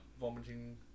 vomiting